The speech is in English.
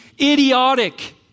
idiotic